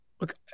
look